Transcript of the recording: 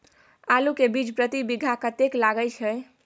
आलू के बीज प्रति बीघा कतेक लागय छै?